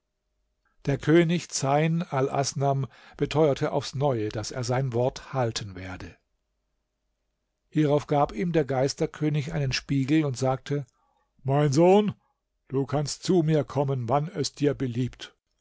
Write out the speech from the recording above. der könig zeyn alasnam beteuerte aufs neue daß er sein wort halten werde herauf gab ihm der geisterkönig einen spiegel und sagte mein sohn du kannst zu mir kommen wann es dir beliebt